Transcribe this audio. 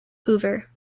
hoover